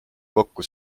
kokku